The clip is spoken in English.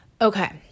okay